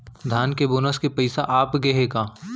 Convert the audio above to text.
धान के बोनस के पइसा आप गे हे का?